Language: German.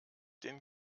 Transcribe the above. den